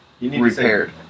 repaired